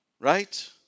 Right